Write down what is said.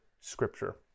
Scripture